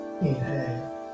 Inhale